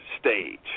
stage